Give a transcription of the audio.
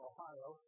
Ohio